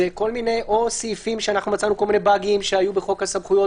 אלה סעיפים שמצאנו כל מיני באגים שהיו בחוק הסמכויות,